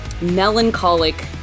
melancholic